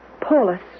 Paulus